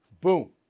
Boom